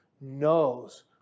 knows